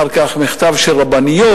אחר כך במכתב של רבניות,